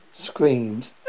Screams